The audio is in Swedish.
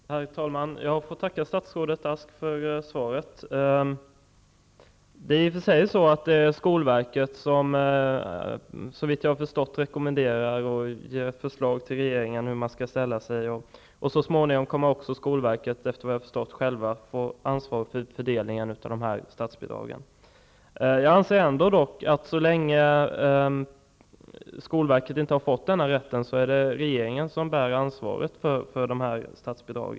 Herr talman! Jag får tacka statsrådet Ask för svaret. Det är skolverket som rekommenderar och ger förslag till regeringen om hur man skall ställa sig, och så småningom kommer skolverket självt att få ansvaret för fördelningen av dessa statsbidrag. Jag anser ändå att det är regeringen som bär ansvaret för statsbidragen, så länge skolverket inte har fått denna rätt.